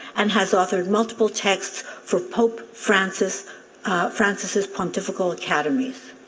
and has authored multiple texts for pope francis's francis's pontifical academies.